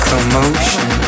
Commotion